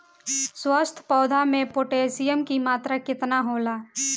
स्वस्थ पौधा मे पोटासियम कि मात्रा कितना होला?